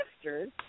sisters